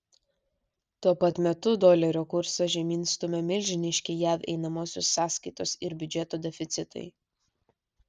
tuo pat metu dolerio kursą žemyn stumia milžiniški jav einamosios sąskaitos ir biudžeto deficitai